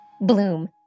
Bloom